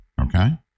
okay